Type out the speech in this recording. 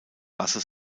rasse